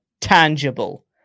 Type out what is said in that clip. tangible